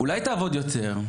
אולי תעבוד יותר,